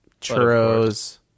Churros